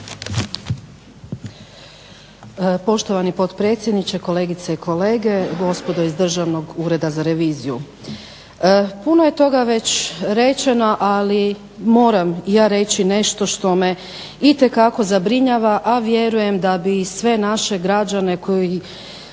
Poštovani potpredsjedniče, kolegice i kolege, gospodo iz Državnog ureda za reviziju. Puno je toga već rečeno ali ja moram reći nešto što me itekako zabrinjava, a vjerujem da bi i sve naše građane koji